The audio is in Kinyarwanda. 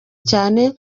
cyane